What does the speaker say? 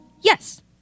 yes